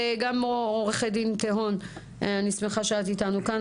וגם עו"ד טהון, אני שמחה שאת איתנו כאן.